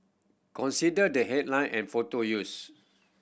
consider the headline and photo used